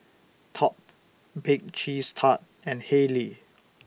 Top Bake Cheese Tart and Haylee